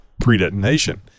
pre-detonation